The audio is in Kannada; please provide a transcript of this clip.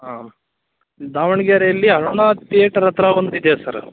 ಹಾಂ ದಾವಣಗೆರೆಯಲ್ಲಿ ಅರುಣಾ ತಿಯೇಟರ್ ಹತ್ತಿರ ಒಂದು ಇದೆ ಸರ್